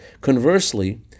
Conversely